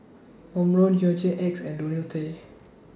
Omron Hygin X and Ionil T